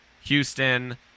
Houston